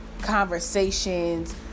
conversations